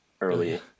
early